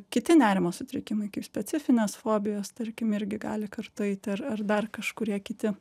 kiti nerimo sutrikimai kaip specifinės fobijos tarkim irgi gali kartu eiti ar ar dar kažkurie kiti